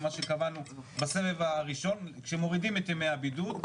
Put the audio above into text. מה שקבענו בסבב הראשון, כשמורידים את ימי הבידוד.